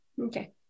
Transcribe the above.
Okay